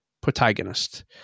protagonist